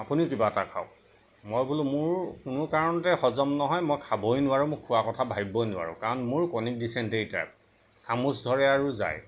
আপুনিও কিবা এটা খাওক মই বোলো মোৰ কোনো কাৰণতে হজম নহয় মই খাবই নোৱাৰোঁ মোক খোৱাৰ কথা ভাবিবই নোৱাৰোঁ কাৰণ মোৰ ক্ৰনিক ডিচেণ্ট্ৰিৰ টাইপ খামোচ ধৰে আৰু যায়